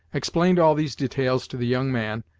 explained all these details to the young man,